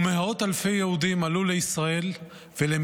ומאות-אלפי יהודים עלו לישראל והיגרו